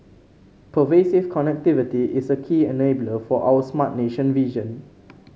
pervasive connectivity is a key enabler for our Smart Nation vision